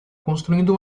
construindo